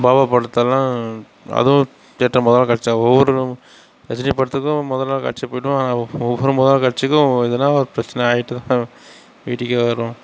பாபா படத்தலாம் அதுவும் தியேட்டர் முதல் நாள் காட்சி ஒவ்வொரும் ரஜனி படத்துக்கும் முதல் நாள் காட்சி போய்விடுவேன் ஒவ்வொரு முதல் நாள் காட்சிக்கும் எதனா பிரச்சனை ஆயிட்டுதான் வீட்டுக்கே வருவோம்